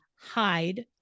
hide